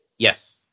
Yes